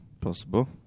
Possible